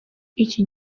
iki